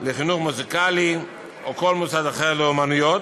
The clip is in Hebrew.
לחינוך מוזיקלי, או כל מוסד אחר לאמנויות,